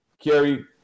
Kerry